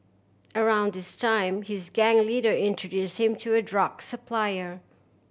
around this time his gang leader introduce him to a drug supplier